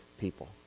people